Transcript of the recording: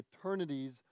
eternities